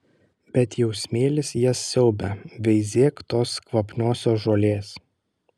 bet jau smėlis jas siaubia veizėk tos kvapniosios žolės